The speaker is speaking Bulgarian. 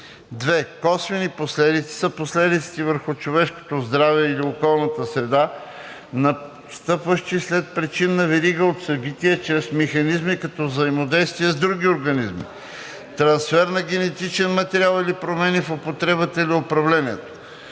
2. „Косвени последици“ са последиците върху човешкото здраве или околната среда, настъпващи чрез причинна верига от събития, чрез механизми като взаимодействия с други организми, трансфер на генетичен материал или промени в употребата или управлението.